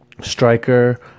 striker